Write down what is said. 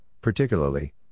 particularly